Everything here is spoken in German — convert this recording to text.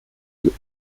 die